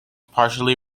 partially